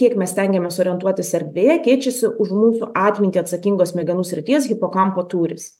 kiek mes stengiamės orientuotis erdvėje keičiasi už mūsų atmintį atsakingos smegenų srities hipokampo tūris